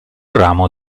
ramo